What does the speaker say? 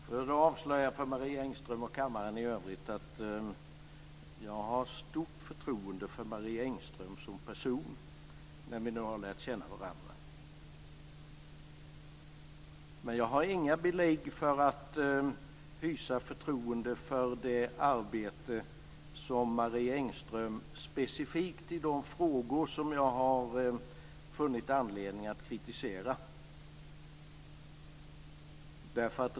Fru talman! Jag kan avslöja för Marie Engström och kammarens ledamöter i övrigt att jag har stort förtroende för Marie Engström som person, när vi nu har lärt känna varandra. Jag har dock inga belägg för att hysa förtroende för det arbete som Marie Engström utfört specifikt i de avseenden som jag har funnit anledning att kritisera.